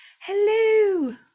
Hello